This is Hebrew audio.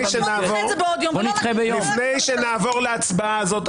בואו נדחה את זה בעוד יום --- לפני שנעבור להצבעה הזאת.